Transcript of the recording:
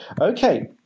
okay